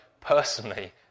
personally